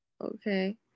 Okay